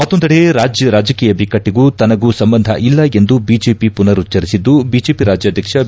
ಮತ್ತೊಂದೆಡೆ ರಾಜ್ಜ ರಾಜಕೀಯ ಬಿಕ್ಕಟ್ಟಗೂ ತನಗೂ ಸಂಬಂಧ ಇಲ್ಲ ಎಂದು ಬಿಜೆಪಿ ಪುನರುಚ್ದರಿಸಿದ್ದು ಬಿಜೆಪಿ ರಾಜ್ಯಾಧ್ವಕ್ಷ ಬಿ